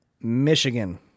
michigan